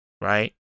Right